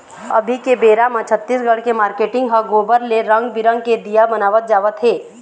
अभी के बेरा म छत्तीसगढ़ के मारकेटिंग ह गोबर ले रंग बिंरग के दीया बनवात जावत हे